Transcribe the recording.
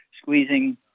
squeezing